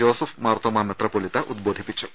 ജോ സഫ് മാർത്തോമാ മെത്രോ പൊലീത്ത ഉദ്ബോധിപ്പിച്ചു